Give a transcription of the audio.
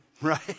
Right